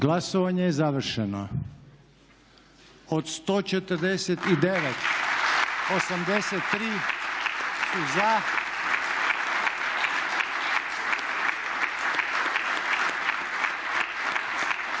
Glasovanje je završeno. Od 126, 124 za,